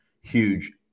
huge